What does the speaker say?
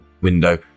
window